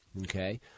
Okay